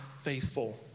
faithful